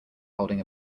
holding